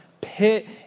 pit